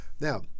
now